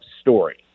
story